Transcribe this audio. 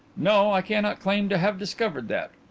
no, i cannot claim to have discovered that,